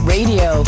Radio